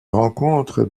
rencontre